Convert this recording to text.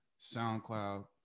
SoundCloud